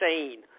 insane